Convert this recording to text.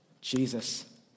Jesus